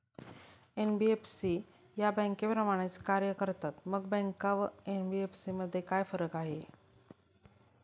NBFC या बँकांप्रमाणेच कार्य करतात, मग बँका व एन.बी.एफ.सी मध्ये काय फरक आहे?